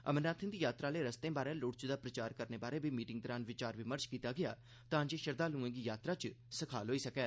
अमरनाथें दी यात्रा आह्ले रस्तें बारै लोडचदा प्रचार करने बारै बी मीटिंग दौरान विचार विमर्श कीता गेआ तांजे श्रद्दालुएं गी यात्रा च सखाल होई सकै